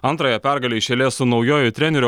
antrąją pergalę iš eilės su naujuoju treneriu